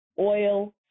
oil